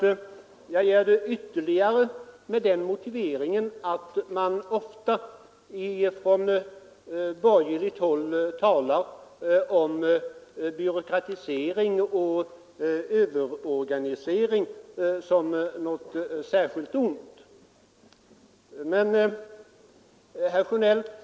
Och jag säger det så mycket mer med den motiveringen att man ofta från borgerligt håll talar om byråkratisering och överorganisering som något särskilt ont.